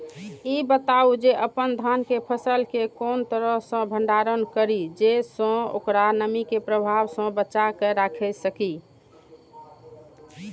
ई बताऊ जे अपन धान के फसल केय कोन तरह सं भंडारण करि जेय सं ओकरा नमी के प्रभाव सं बचा कय राखि सकी?